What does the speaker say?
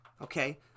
okay